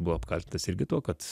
buvo apkaltintas irgi tuo kad